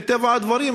מטבע הדברים,